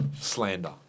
Slander